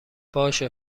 باشه